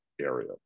area